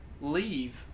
leave